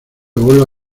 vuelva